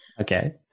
Okay